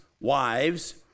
wives